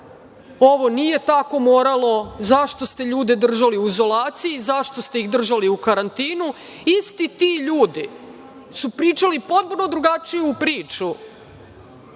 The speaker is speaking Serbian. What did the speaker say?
ovo nije tako moralo. Zašto ste ljude držali u izolaciji? Zašto ste ih držali u karantinu? Isti ti ljudi su pričali potpuno drugačiju priču